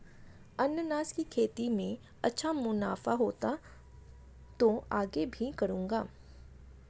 अनन्नास की खेती में अच्छा मुनाफा हुआ तो आगे भी करूंगा